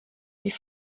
die